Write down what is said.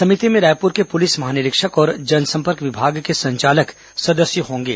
समिति में रायपुर के पुलिस महानिरीक्षक और जनसंपर्क विभाग के संचालक सदस्य होंगे